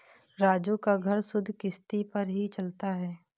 राजू का घर सुधि किश्ती पर ही चलता है